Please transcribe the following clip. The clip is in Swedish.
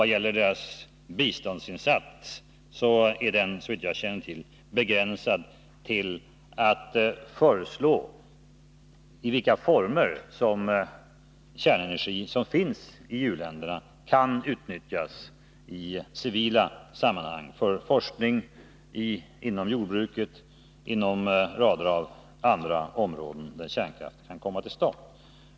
Vad gäller dess biståndsinsats är den, så vitt jag känner till, begränsad till att föreslå i vilka former den kärnenergi som finns i u-länderna kan utnyttjas i civila sammanhang, för forskning, inom jordbruket och inom rader av andra områden där kärnkraft kan användas.